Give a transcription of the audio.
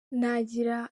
nagira